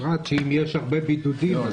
בפרט שאם יש הרבה בידודים,